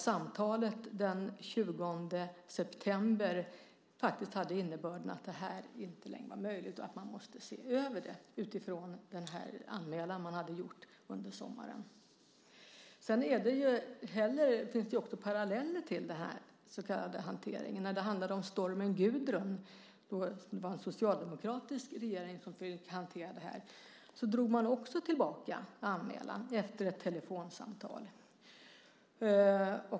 Samtalet den 20 september hade innebörden att detta inte längre var möjligt och att man måste se över det utifrån den anmälan som hade gjorts under sommaren. Det finns paralleller till den så kallade hanteringen. När det handlade om stormen Gudrun, som en socialdemokratisk regering fick hantera, drog man också tillbaka anmälan efter ett telefonsamtal.